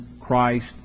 Christ